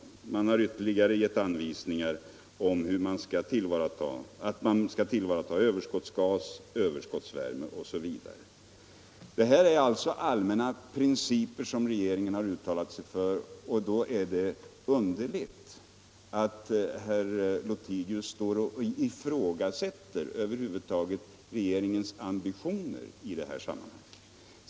Man har ytterligare givit anvisningar om att överskottsgas och överskottsvärme skall tillvaratas. Detta är alltså allmänna principer, som regeringen har uttalat sig för. Då är det underligt att herr Lothigius ifrågasätter över huvud taget regeringens ambitioner i detta sammanhang.